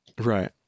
Right